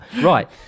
Right